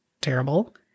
terrible